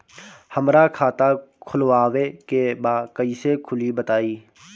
हमरा खाता खोलवावे के बा कइसे खुली बताईं?